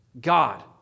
God